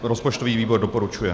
Rozpočtový výbor doporučuje.